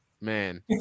Man